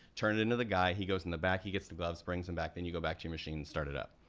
turn it into the guy, he goes in the back, he gets the gloves, bring them back, then you go back to your machine and start it up.